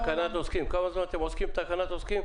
תקנת עוסקים כמה זמן אתם עוסקים בתקנת עוסקים?